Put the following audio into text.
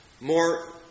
More